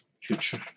future